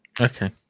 Okay